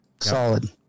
Solid